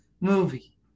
movie